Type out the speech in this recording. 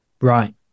right